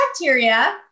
bacteria